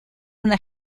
una